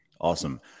Awesome